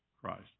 Christ